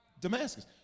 Damascus